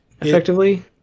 effectively